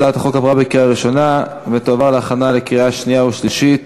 הצעת החוק עברה בקריאה ראשונה ותועבר להכנה לקריאה שנייה ושלישית